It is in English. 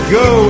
go